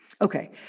Okay